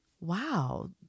Wow